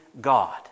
God